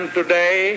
today